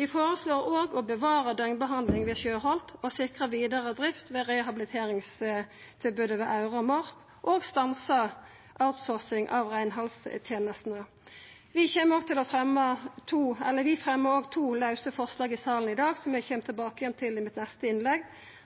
Vi føreslår òg å bevara døgnbehandling ved Sjøholt, sikra vidare drift av rehabiliteringstilbodet ved Aure og Mork og stansa outsourcing av reinhaldstenestene. Vi fremjar òg to forslag elles i salen i dag, som eg kjem tilbake til i mitt neste innlegg.